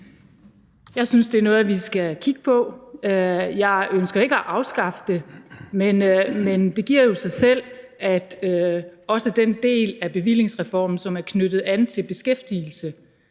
Jeg synes, det er noget, vi skal kigge på. Jeg ønsker ikke at afskaffe det, men der er noget, der jo giver sig selv, hvad angår den del af bevillingsreformen, som knytter an til beskæftigelse.